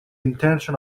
intention